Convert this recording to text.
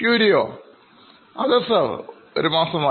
Curioഅതെ sir